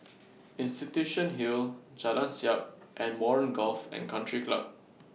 Institution Hill Jalan Siap and Warren Golf and Country Club